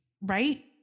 right